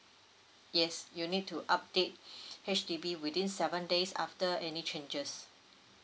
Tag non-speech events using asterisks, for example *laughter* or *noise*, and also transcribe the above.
yes you need to update *breath* H_D_B within seven days after any changes